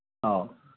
ꯑꯧ